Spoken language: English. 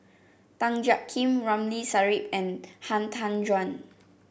Tan Jiak Kim Ramli Sarip and Han Tan Juan